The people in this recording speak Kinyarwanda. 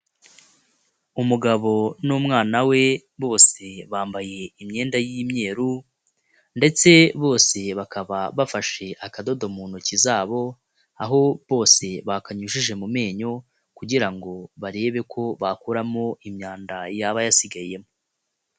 Umugabo n'umwana we bose bambaye imyenda y'imyeru ndetse bose bakaba bafashe akadodo mu ntoki zabo, aho bose bakanyujije mu menyo kugira ngo barebe ko bakuramo imyanda yaba yasigayemo.